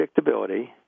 predictability